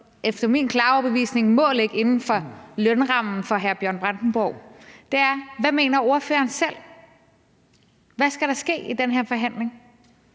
efter min klare overbevisning må ligge inden for lønrammen for hr. Bjørn Brandenborg, er, hvad ordføreren selv mener. Hvad skal der ske i den her forhandling?